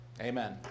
Amen